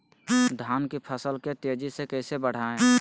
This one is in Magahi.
धान की फसल के तेजी से कैसे बढ़ाएं?